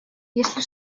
если